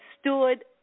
stood